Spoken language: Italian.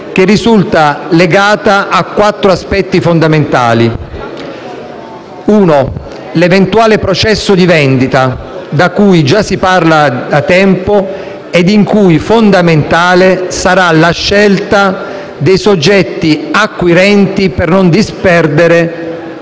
che risulta legata a quattro aspetti fondamentali. Innanzitutto, vi è l'eventuale processo di vendita di cui già si parla da tempo e per cui fondamentale sarà la scelta di soggetti acquirenti per non disperdere